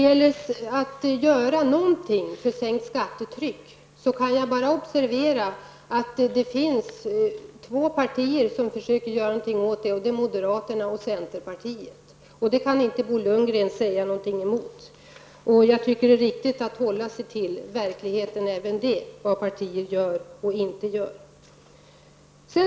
Jag kan bara observera att endast två partier försöker göra något för att åstadkomma ett sänkt skattetryck, moderaterna och centerpartiet. Bo Lundgren lär inte kunna säga emot det. Det är riktigt att hålla sig till verkligheten när det gäller vad partier gör och inte gör.